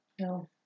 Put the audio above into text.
No